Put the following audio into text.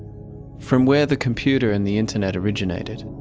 from where the computer and the internet originated,